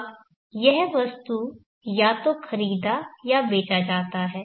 अब यह वस्तु या तो खरीदा या बेचा जाता है